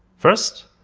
first,